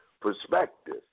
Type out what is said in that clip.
perspective